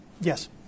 Yes